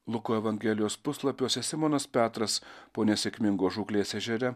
luko evangelijos puslapiuose simonas petras po nesėkmingos žūklės ežere